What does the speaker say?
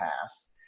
pass